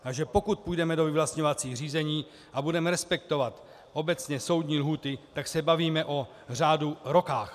Takže pokud půjdeme do vyvlastňovacích řízení a budeme respektovat obecně soudní lhůty, tak se bavíme v řádu let.